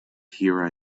here